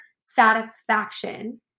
satisfaction